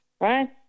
right